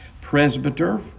presbyter